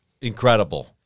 incredible